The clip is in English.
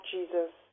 Jesus